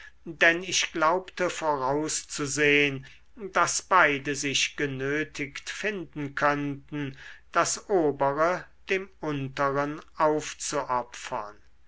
denn ich glaubte vorauszusehn daß beide sich genötigt finden könnten das obere dem unteren aufzuopfern